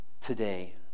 today